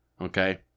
Okay